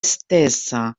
stessa